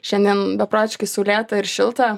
šiandien beprotiškai saulėta ir šilta